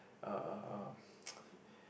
uh uh uh